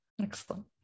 Excellent